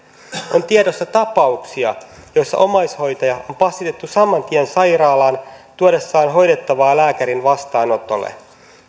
on tiedossa tapauksia joissa omaishoitaja on passitettu saman tien sairaalaan hänen tuodessaan hoidettavaa lääkärin vastaanotolle